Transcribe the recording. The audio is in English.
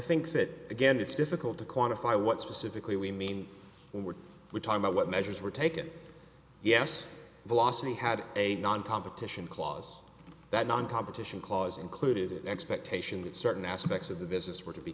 think that again it's difficult to quantify what specifically we mean when we were talking about what measures were taken yes velocity had a non competition clause that non competition clause included an expectation that certain aspects of the business were to be